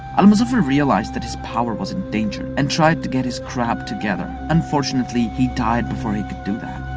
al-muzaffar realized that his power was in danger and tried to get his crap together. unfortunately, he died before he could do that.